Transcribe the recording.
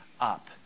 up